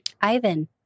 Ivan